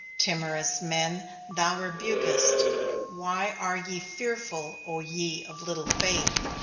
timorous men thou rebukest why are ye fearful, o ye of little faith?